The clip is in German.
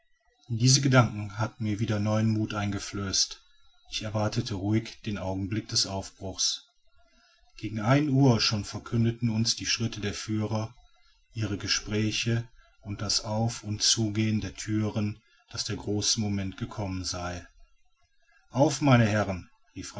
diese gedanken hatten mir wieder neuen muth eingeflößt ich erwartete ruhig den augenblick des aufbruchs gegen ein uhr schon verkündeten uns die schritte der führer ihre gespräche und das auf und zugehen der thüren daß der große moment gekommen sei auf meine herren